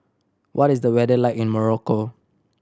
what is the weather like in Morocco